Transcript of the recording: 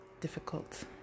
difficult